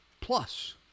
Plus